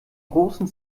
großen